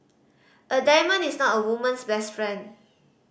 a diamond is not a woman's best friend